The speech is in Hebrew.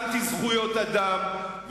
אנטי זכויות אדם,